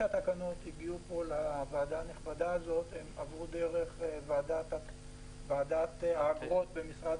התקנות הנדונות עברו בוועדת האגרות במשרד